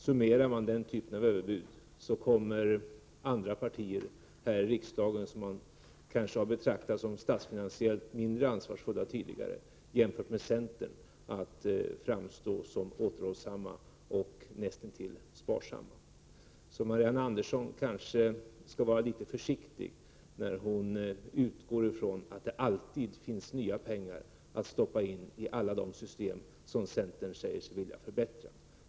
Summerar man den typen av överbud kommer andra partier här i riksdagen, som tidigare kanske har betraktats som statsfinansiellt mindre ansvarsfulla, att jämförda med centern framstå som återhållsamma och näst intill sparsamma. Marianne Andersson skall kanske vara litet försiktig när hon utgår från att det alltid finns nya pengar att stoppa in i alla de system som centern säger sig vilja förbättra.